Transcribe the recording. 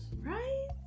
Right